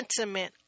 intimate